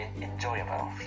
enjoyable